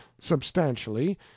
substantially